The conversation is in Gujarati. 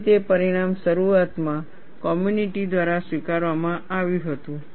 કેવી રીતે પરિણામ શરૂઆતમાં કોમ્યુનિટી દ્વારા સ્વીકારવામાં આવ્યું હતું